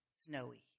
snowy